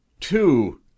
Two